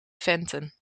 venten